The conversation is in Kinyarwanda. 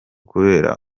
kubera